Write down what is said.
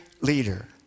leader